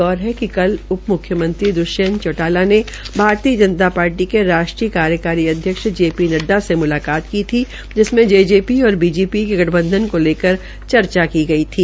गौरतलब है कि कल उप मुख्यमंत्री दृष्यंत चौटाला ने भारतीय जनता पार्टी के राष्ट्रीय कार्यकारी अध्यक्ष जे पी नड्डा से म्लाकात की थी जिसमें जेजेपी और बीजेपी के गठबंधन को लेकर चर्चा हई थी